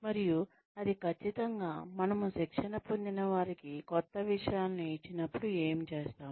మరియు అది ఖచ్చితంగా మనము శిక్షణ పొందినవారికి కొత్త విషయాలను ఇచ్చినప్పుడుఏమి చేస్తాము